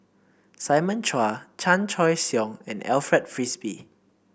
Simon Chua Chan Choy Siong and Alfred Frisby